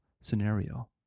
scenario